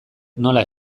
nola